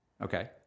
Okay